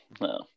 No